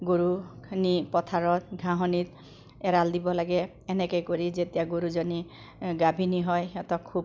গৰুখিনি পথাৰত ঘাঁহনিত এৰাল দিব লাগে এনেকৈ কৰি যেতিয়া গৰুজনী গাভিনী হয় সিহঁতক খুব